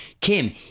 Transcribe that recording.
Kim